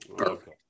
Okay